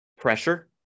pressure